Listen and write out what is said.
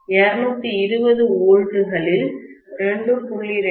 220 வோல்ட்டுகளில் 2